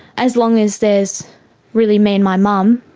as long as there is really me and my mum,